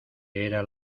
era